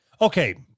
Okay